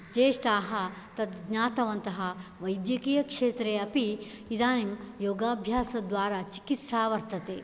ज्येष्टाः तद् ज्ञातवन्तः वैद्यकीयक्षेत्रे अपि इदानीं योगाभ्यासद्वारा चिकित्सा वर्तते